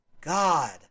God